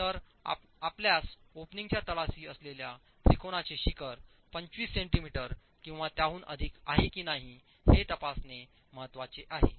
तर आपल्यास ओपनिंगच्या तळाशी असलेल्या त्रिकोणाचे शिखर 25 सेंटीमीटर किंवा त्याहून अधिक आहे की नाही हे तपासणे महत्वाचे आहे